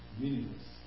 meaningless